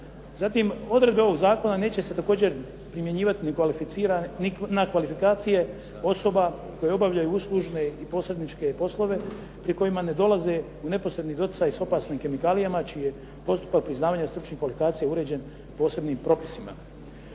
Zatim, odredbe ovog zakona neće se također primjenjivati ni na kvalifikacije osoba koje obavljanju uslužne i posredničke poslove pri kojima ne dolaze u neposredni doticaj s opasnim kemikalijama čiji je postupak priznavanja stručnih kvalifikacija uređen posebnim propisima.